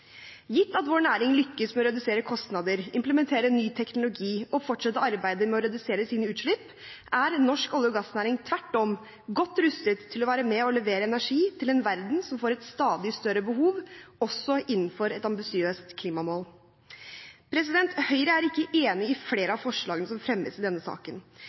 Gitt at vår næring lykkes med å redusere kostnader, implementere ny teknologi og fortsette arbeidet med å redusere sine utslipp, er norsk olje- og gassnæring tvert om godt rustet til å være med på å levere energi til en verden som får et stadig større behov, også innenfor et ambisiøst klimamål. Høyre er uenig i flere av forslagene som fremmes i denne saken,